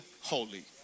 holy